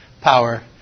power